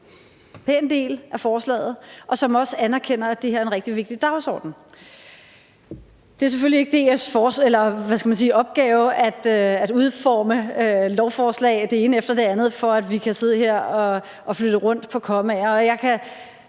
en pæn del af forslaget, og som også anerkender, at det her er en rigtig vigtig dagsorden. Det er selvfølgelig ikke DF's opgave at udforme det ene forslag efter det andet, for at vi kan sidde her og flytte rundt på kommaer.